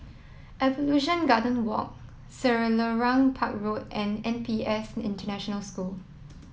Evolution Garden Walk Selarang Park Road and N P S International School